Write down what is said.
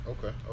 Okay